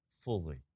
fully